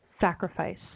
sacrifice